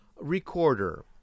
recorder